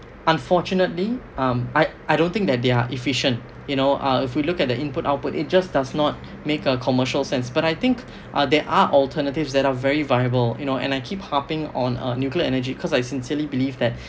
unfortunately um I I don't think that they're efficient you know uh if we look at the input output it just does not make uh commercial sense but I think uh there are alternatives that are very viable you know and I keep harping on a nuclear energy cause I sincerely believe that